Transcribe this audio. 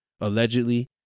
allegedly